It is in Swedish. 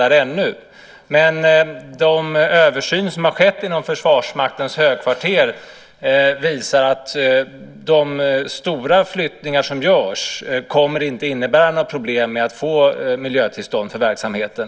Den översyn som har skett inom Försvarsmaktens högkvarter visar att de stora flyttningar som görs inte kommer att innebära några problem med att få miljötillstånd för verksamheten.